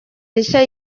rishya